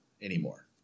anymore